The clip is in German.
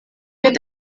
wird